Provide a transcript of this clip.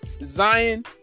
Zion